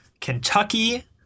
Kentucky